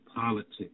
politics